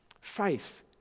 Faith